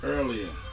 Earlier